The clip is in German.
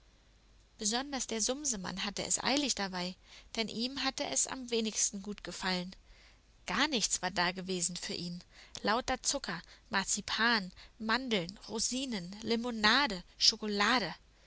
besonders der sumsemann hatte es eilig dabei denn ihm hatte es am wenigsten gut gefallen gar nichts war dagewesen für ihn lauter zucker marzipan mandeln rosinen limonade schokolade